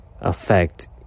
affect